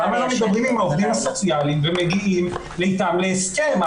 למה לא מדברים עם העובדים הסוציאליים ומגיעים איתם להסכם.